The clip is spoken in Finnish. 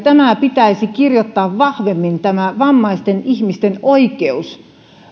pitäisi kirjoittaa vahvemmin tämä vammaisten ihmisten oikeus